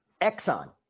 Exxon